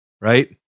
right